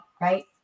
right